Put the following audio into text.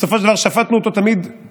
בסופו של דבר שפטנו אותו תמיד בדיעבד: